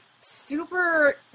super